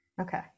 okay